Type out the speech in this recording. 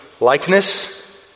likeness